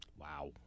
Wow